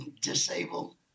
disabled